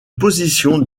position